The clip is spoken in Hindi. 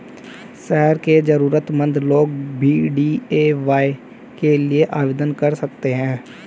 शहर के जरूरतमंद लोग भी डी.ए.वाय के लिए आवेदन कर सकते हैं